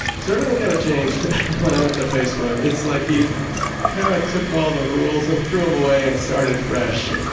so everything kind of changed when i went to facebook. it's like, you kind of took all the rules and threw them away and started fresh.